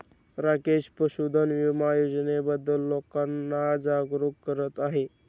राकेश पशुधन विमा योजनेबद्दल लोकांना जागरूक करत आहे